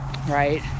right